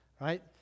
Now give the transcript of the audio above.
right